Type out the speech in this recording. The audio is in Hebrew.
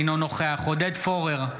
אינו נוכח עודד פורר,